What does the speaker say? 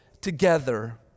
together